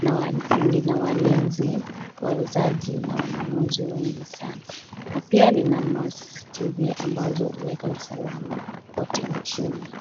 na lina walinzi, wauzaji na wanunuzi wengi sana na pia lina macctv ambazo huweka usalama kote nchini.